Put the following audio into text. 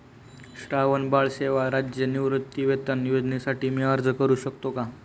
श्रावणबाळ सेवा राज्य निवृत्तीवेतन योजनेसाठी मी अर्ज करू शकतो का?